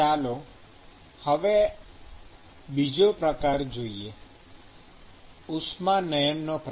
ચાલો હવે બીજો પ્રકાર જોઈએ ઉષ્માનયન નો પ્રકાર